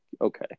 okay